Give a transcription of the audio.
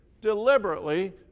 deliberately